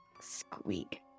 squeak